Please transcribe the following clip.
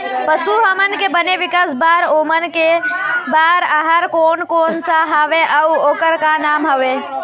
पशु हमन के बने विकास बार ओमन के बार आहार कोन कौन सा हवे अऊ ओकर का नाम हवे?